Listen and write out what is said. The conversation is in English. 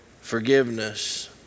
forgiveness